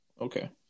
Okay